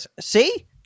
See